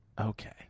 Okay